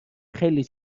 خیلی